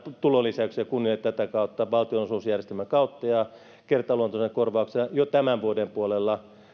tulolisäyksiä kunnille valtionosuusjärjestelmän kautta ja kertaluontoisena korvauksena jo tämän vuoden puolella